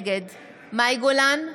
נגד מאי גולן,